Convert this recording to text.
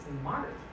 smart